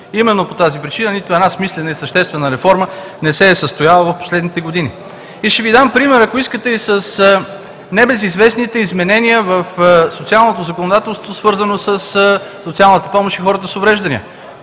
именно по тази причина – нито една смислена и съществена реформа не се е състояла в последните години. Ще Ви дам пример, ако искате, и с небезизвестните изменения в социалното законодателство, свързано със социалната помощ на хората с увреждания.